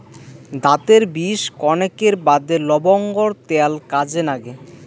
দাতের বিষ কণেকের বাদে লবঙ্গর ত্যাল কাজে নাগে